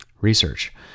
research